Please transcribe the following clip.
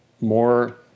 more